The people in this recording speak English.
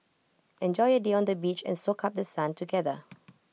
enjoy A day on the beach and soak up The Sun together